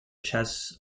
chess